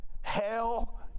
hell